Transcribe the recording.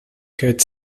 good